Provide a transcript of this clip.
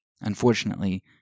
Unfortunately